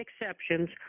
exceptions